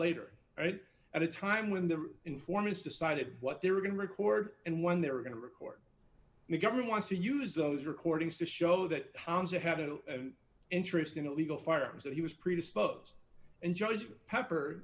later right at a time when the informant decided what they were going to record and when they were going to record the government wants to use those recordings to show that i had an interest in illegal firearms that he was predisposed and judged pepper